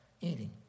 eating